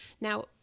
Now